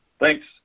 Thanks